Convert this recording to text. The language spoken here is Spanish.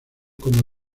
como